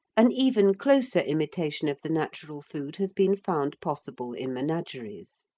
an even closer imitation of the natural food has been found possible in menageries.